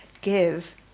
give